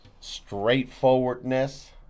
straightforwardness